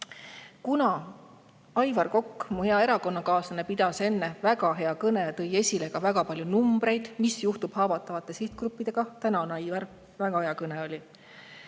Kuna Aivar Kokk, mu hea erakonnakaaslane, pidas väga hea kõne ja tõi esile ka väga palju numbreid selle kohta, mis juhtub haavatavate sihtgruppidega – tänan, Aivar, väga hea kõne oli